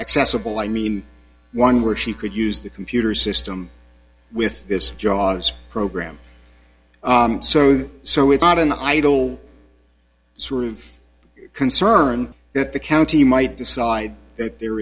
accessible i mean one where she could use the computer system with this jaws program so so it's not an idle sort of concern that the county might decide that there